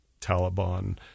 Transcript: Taliban